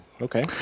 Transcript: Okay